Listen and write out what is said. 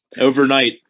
Overnight